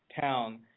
town